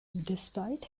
despite